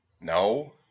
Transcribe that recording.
No